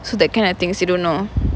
so that kind of things you don't know